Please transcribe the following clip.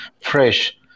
fresh